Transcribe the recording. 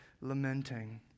lamenting